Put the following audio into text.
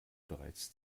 bereits